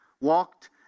walked